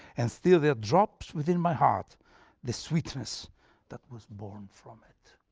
and still there drops within my heart the sweetness that was born from it.